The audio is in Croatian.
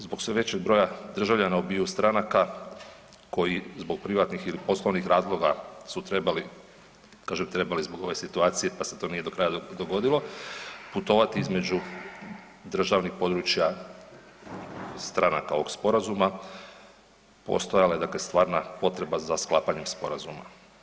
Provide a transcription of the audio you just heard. Zbog sve većeg broja državljana obiju stranaka koji zbog privatnih ili poslovnih razloga su trebali, kažem trebali zbog ove situacije, pa se to nije do kraja dogodilo, putovati između državnih područja stranaka ovog sporazuma, postojala je dakle stvarna potreba za sklapanjem sporazuma.